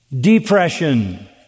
depression